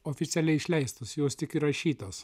oficialiai išleistos jos tik įrašytos